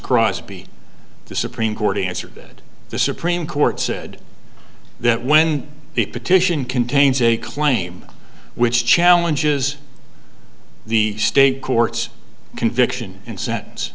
crosby the supreme court answered that the supreme court said that when the petition contains a claim which challenges the state courts conviction